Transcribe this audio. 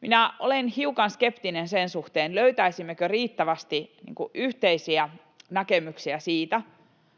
minä olen hiukan skeptinen sen suhteen, löytäisimmekö riittävästi yhteisiä näkemyksiä siitä,